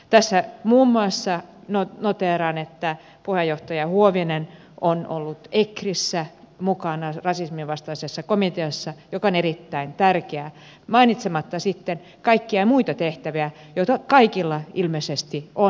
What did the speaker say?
tässä muun muassa noteeraan että puheenjohtaja huovinen on ollut ecrissä mukana rasisminvastaisessa komiteassa mikä on erittäin tärkeää mainitsematta sitten kaikkia muita tehtäviä joita kaikilla ilmeisesti on